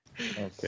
okay